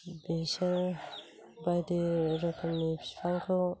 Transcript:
बेसोर बायदि रोखोमनि बिफांखौ